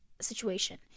situation